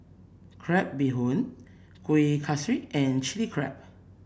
Crab Bee Hoon Kueh Kaswi and Chili Crab